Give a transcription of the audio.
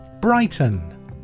Brighton